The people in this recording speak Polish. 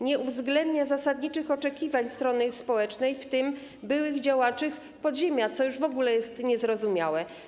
Nie uwzględnia zasadniczych oczekiwań strony społecznej, w tym byłych działaczy podziemia, co jest już w ogóle niezrozumiałe.